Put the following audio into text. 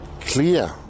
clear